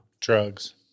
Drugs